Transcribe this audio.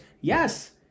Yes